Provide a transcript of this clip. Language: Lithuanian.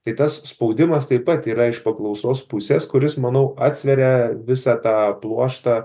tai tas spaudimas taip pat yra iš paklausos pusės kuris manau atsveria visą tą pluoštą